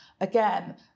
Again